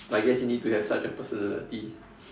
but I guess you need to have such a personality